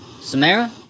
Samara